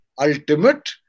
ultimate